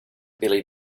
billy